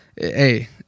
hey